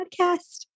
podcast